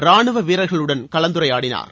ராணுவ வீரர்களுடன் கலந்துரையாடினார்